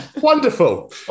Wonderful